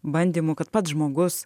bandymų kad pats žmogus